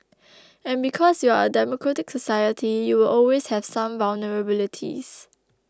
and because you're a democratic society you will always have some vulnerabilities